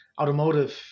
automotive